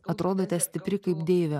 atrodote stipri kaip deivė